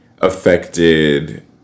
affected